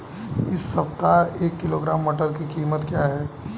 इस सप्ताह एक किलोग्राम मटर की कीमत क्या है?